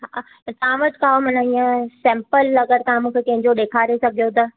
हा तव्हां वटि छा माना इअं सैंपल अगरि तव्हां मूंखे कंहिंजो ॾेखारे सघिजो त